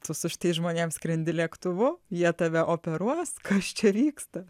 tu su šitais žmonėm skrendi lėktuvu jie tave operuos kas čia vyksta